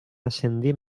ascendir